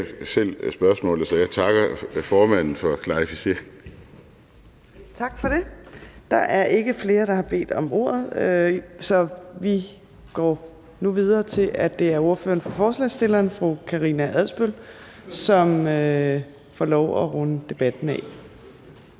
Kl. 12:46 Fjerde næstformand (Trine Torp): Tak for det. Der er ikke flere, der har bedt om ordet. Så vi går nu videre til ordføreren for forslagsstillerne, fru Karina Adsbøl, som får lov at runde debatten af.